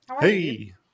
Hey